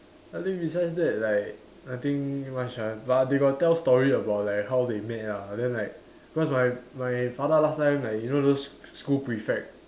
I think besides that like I think nothing much ah but they got tell story about like how they met ah then like cause my my father last time like you know those s~ school prefect